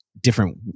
different